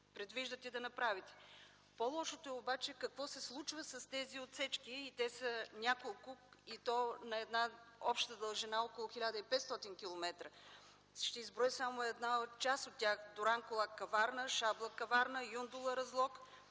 предвиждате да направите. По-лошото обаче е какво се случва с тези отсечки. Те са няколко и то на една обща дължина от около 1500 км. Ще изброя само една част от тях: Дуранкулак – Каварна, Шабла – Каварна, Юндола – Разлог,